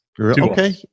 Okay